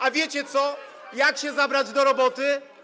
A wiecie, jak się zabrać do roboty?